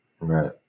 Right